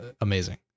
amazing